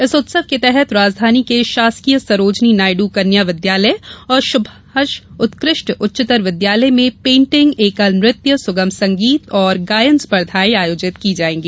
इस उत्सव के तहत राजधानी के शासकीय सरोजिनी नायडू कन्या विद्यालय और सुभाष उत्कृष्ट उच्चतर विद्यालय में पेण्टिंग एकल नृत्य सुगम संगीत और गायन स्पर्धाये आयोजित की जायेंगी